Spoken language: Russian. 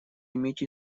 иметь